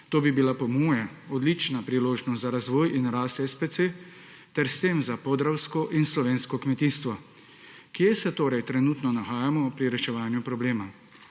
To bi bila po mojem odlična priložnost za razvoj in rast SPC ter s tem za podravsko in slovensko kmetijstvo. Zanima me torej: Kje smo trenutno pri reševanju problema